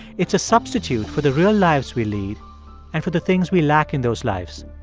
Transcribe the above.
it's a substitute for the real lives we lead and for the things we lack in those lives.